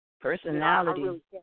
personality